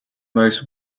most